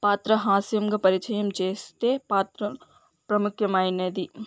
పాత్ర హాస్యంకు పరిచయం చేస్తే పాత్ర ప్రముఖమైనది